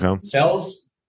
cells